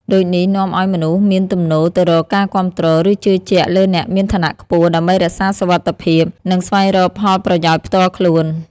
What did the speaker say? ដូចនេះនាំឲ្យមនុស្សមានទំនោរទៅរកការគាំទ្រ ឬជឿជាក់លើអ្នកមានឋានៈខ្ពស់ ដើម្បីរក្សាសុវត្ថិភាព និងស្វែងរកផលប្រយោជន៍ផ្ទាល់ខ្លួន។